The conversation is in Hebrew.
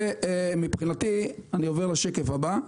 אני עובר לשקף הבא.